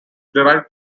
derived